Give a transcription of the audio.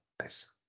nice